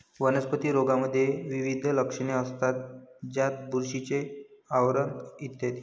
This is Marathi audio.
वनस्पती रोगांमध्ये विविध लक्षणे असतात, ज्यात बुरशीचे आवरण इ